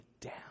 down